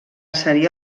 seria